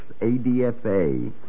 ADFA